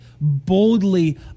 boldly